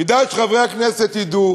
כדאי שחברי הכנסת ידעו